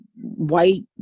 white